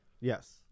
Yes